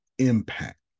impact